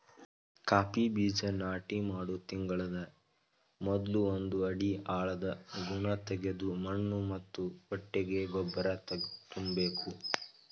coffee ಬೀಜ ನಾಟಿ ಮಾಡೋ ತಿಂಗಳ ಮೊದ್ಲು ಒಂದು ಅಡಿ ಆಳದ ಗುಣಿತೆಗೆದು ಮಣ್ಣು ಮತ್ತು ಕೊಟ್ಟಿಗೆ ಗೊಬ್ಬರ ತುಂಬ್ಬೇಕು